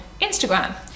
Instagram